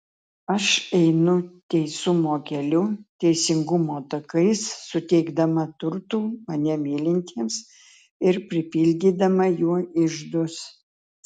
aš einu teisumo keliu teisingumo takais suteikdama turtų mane mylintiems ir pripildydama jų iždus